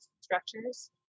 structures